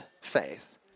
faith